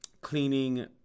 cleaning